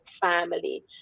family